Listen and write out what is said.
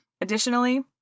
Additionally